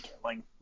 killing